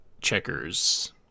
checkers